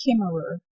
Kimmerer